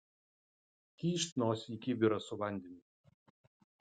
kyšt nosį į kibirą su vandeniu